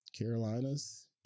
carolinas